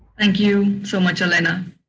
thank you so much, elena.